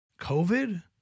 COVID